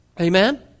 Amen